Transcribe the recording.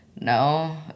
no